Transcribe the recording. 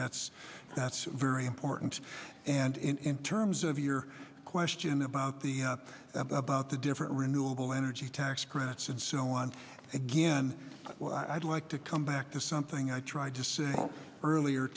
that's very important and in terms of your question about the about the different renewable energy tax credits and so on again i'd like to come back to something i tried just earlier